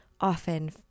often